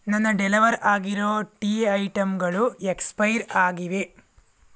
ನನ್ನ ಡೆಲ್ವರ್ ಆಗಿರೋ ಟೀ ಐಟಮ್ಗಳು ಎಕ್ಸ್ಪೈರ್ ಆಗಿವೆ